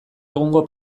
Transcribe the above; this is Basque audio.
egungo